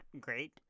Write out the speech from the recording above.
great